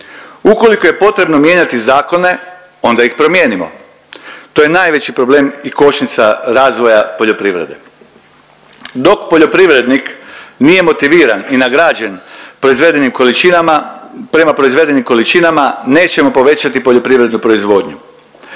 Ukoliko je potrebno mijenjati zakona onda ih promijenimo to je najveći problem i kočnica razvoja poljoprivrede. Dok poljoprivrednik nije motiviran i nagrađen proizvedenim količinama, prema proizvedenim količinama nećemo povećati poljoprivrednu proizvodnju.